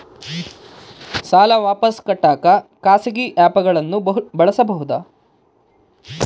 ಸಾಲ ವಾಪಸ್ ಕಟ್ಟಕ ಖಾಸಗಿ ಆ್ಯಪ್ ಗಳನ್ನ ಬಳಸಬಹದಾ?